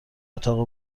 اتاق